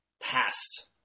past